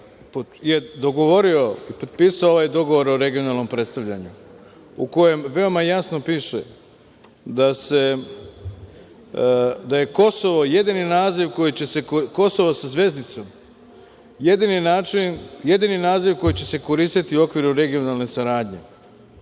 je dogovorio, potpisao ovaj dogovor o regionalnom predstavljanju, u kojem veoma jasno piše da je Kosovo jedini naziv, Kosovo sa zvezdicom, jedini naziv koji će se koristiti u okviru regionalne saradnje.